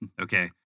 Okay